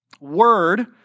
Word